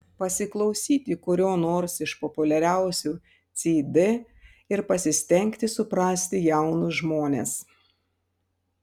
pasiklausyti kurio nors iš populiariausių cd ir pasistengti suprasti jaunus žmones